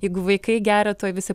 jeigu vaikai geria tuoj visi